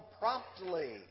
promptly